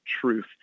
truth